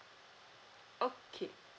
okay